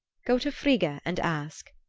go to frigga and ask,